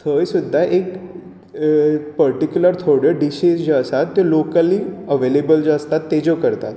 थंय सुद्दां एक पर्टीक्युलर थोड्यो डिशीज ज्यो आसात त्यो लोकली अवेलेबल ज्यो आसतात तेज्यो करतात